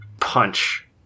punch